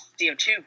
CO2